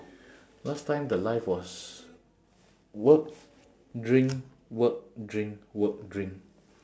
last time the life was work drink work drink work drink